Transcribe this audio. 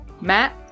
Matt